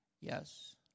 yes